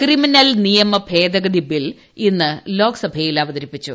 criminal നിയമ ഭേദഗതി bill ഇന്ന് ലോക്സഭയിൽ അവതരിപ്പിച്ചു